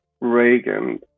Reagan